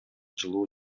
жылуу